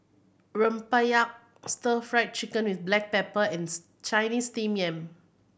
rempeyek Stir Fried Chicken with black pepper and Chinese Steamed Yam